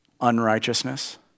unrighteousness